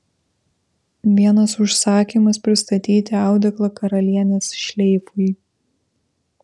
vienas užsakymas pristatyti audeklą karalienės šleifui